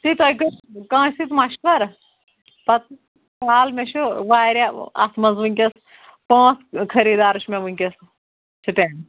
تی تۄہہِ کٲنٛسہِ سۭتۍ مَشوَر پَتہٕ فلحال مےٚ چھُ واریاہ اَتھ منٛز وٕنۍکٮ۪س پانٛژھ خریٖدار چھُ مےٚ وٕنۍکٮ۪س سِٹینٛڈ